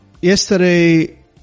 yesterday